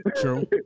true